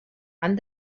han